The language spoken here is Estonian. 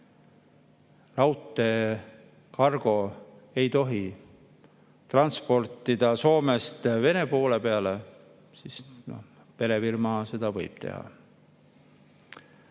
[Operail] ei tohi transportida Soomest Vene poole peale, siis perefirma seda võib teha.